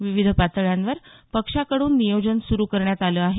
विविध पातळ्यांवर पक्षाकडून नियोजन सुरु करण्यात आलं आहे